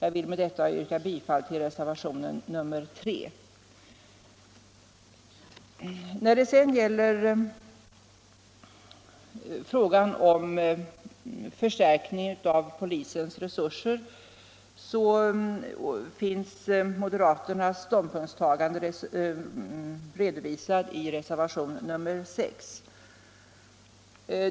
Jag vill med detta yrka bifall till reservationen 3. När det sedan gäller frågan om förstärkning av polisens resurser finns moderaternas ståndpunktstagande redovisat i reservationen 6.